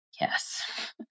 Yes